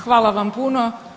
Hvala vam puno.